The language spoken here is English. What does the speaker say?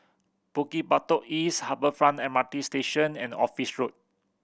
Bukit Batok East Harbour Front M R T Station and Office Road